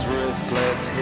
reflect